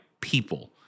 people